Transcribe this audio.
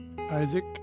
Isaac